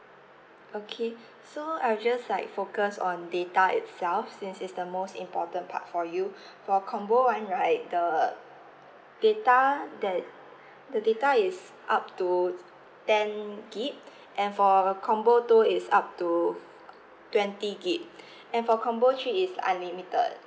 okay so I'll just like focus on data itself since it's the most important part for you for combo one right the data that the data is up to ten gig and for combo two it's up to twenty gig and for combo three is unlimited